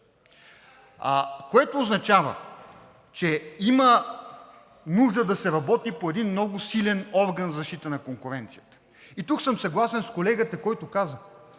което означава, че има нужда да се работи по един много силен орган за защита на конкуренцията и тук съм съгласен с колегата, който каза,